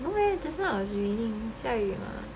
no leh just now it was raining 下雨了